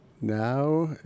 Now